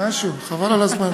חבל על הזמן.